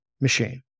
Machine